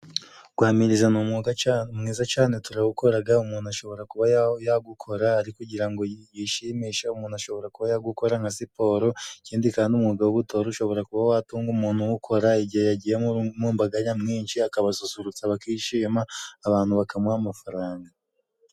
Guhamiriza ni umwuga mwiza cane turawukoraga. Umuntu ashobora kuba yagukora, ariko kugira ngo yishimishe umuntu ashobora kuba ya gukora nka siporo. Ikindi kandi umwuga w'ubutore ushobora kuba watunga umuntu uwukora, igihe yagiye mu mbaga nyamwinshi akabasusurutsa bakishima, abantu bakamuha amafaranga.